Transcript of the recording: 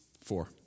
four